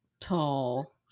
Tall